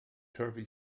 turvy